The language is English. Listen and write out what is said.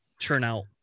turnout